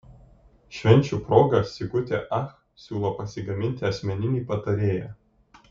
švenčių proga sigutė ach siūlo pasigaminti asmeninį patarėją